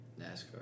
NASCAR